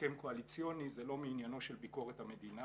הסכם קואליציוני, זה לא מעניינו של ביקורת המדינה,